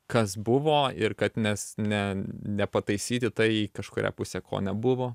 kas buvo ir kad nes ne nepataisyti tai į kažkurią pusę ko nebuvo